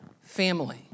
family